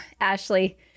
Ashley